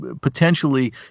potentially